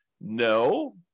No